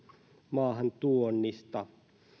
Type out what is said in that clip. maahantuonnista